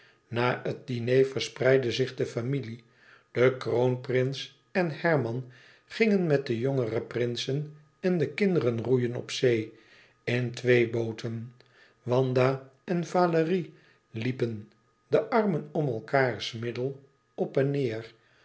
na het diner verspreidde zich de familie de kroonprins en herman gingen met de jongere prinsen en de kinderen roeien op zee in twee booten wanda en valérie liepen de armen om elkaârs middel op en neêr